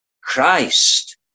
Christ